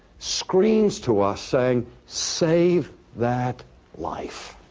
screams to us saying, save that life